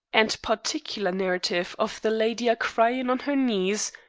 and particular narrative of the lydy a-cryin' on her knees,